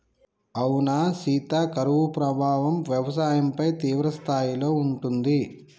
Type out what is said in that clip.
అవునా సీత కరువు ప్రభావం వ్యవసాయంపై తీవ్రస్థాయిలో ఉంటుంది